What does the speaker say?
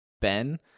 Ben